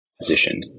position